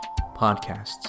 podcasts